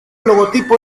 logotipo